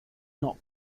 not